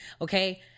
okay